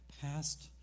past